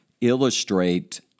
illustrate